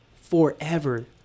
forever